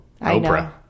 Oprah